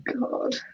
God